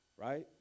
right